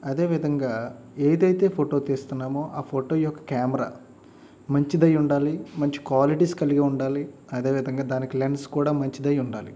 అదే విధంగా ఏదైతే ఫోటో తీస్తున్నామో ఆ ఫోటో యొక్క కెమెరా మంచిదై ఉండాలి మంచి క్వాలిటీస్ కలిగి ఉండాలి అదే విధంగా దానికి లెన్స్ కూడా మంచిదై ఉండాలి